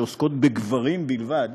שעוסקות בגברים בלבד,